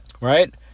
right